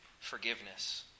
forgiveness